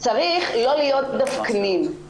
צריך לא להיות דווקנים.